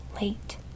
late